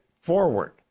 forward